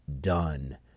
done